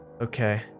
Okay